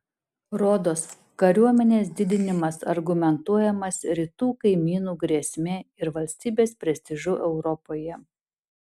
rodos kariuomenės didinimas argumentuojamas rytų kaimynų grėsme ir valstybės prestižu europoje